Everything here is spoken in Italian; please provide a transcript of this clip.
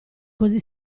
così